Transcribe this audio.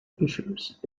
issues